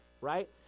right